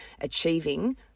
achieving